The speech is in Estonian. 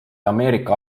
ameerika